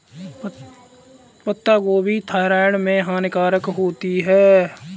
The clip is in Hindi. पत्ता गोभी थायराइड में हानिकारक होती है